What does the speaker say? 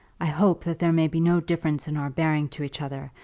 i hope that there may be no difference in our bearing to each other,